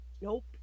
nope